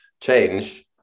change